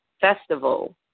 Festival